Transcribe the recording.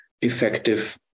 effective